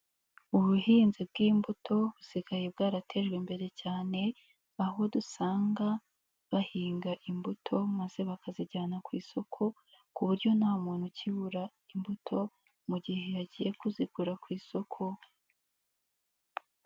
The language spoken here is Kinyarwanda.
Ubuhinzi bw'imbuto busigaye bwaratejwe imbere cyane aho dusanga bahinga imbuto maze bakazijyana ku isoko ku buryo nta muntu ukibura imbuto mu gihe yagiye kuzigura ku isoko.